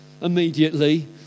Immediately